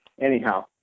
Anyhow